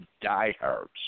diehards